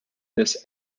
this